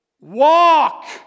walk